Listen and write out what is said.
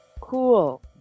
Cool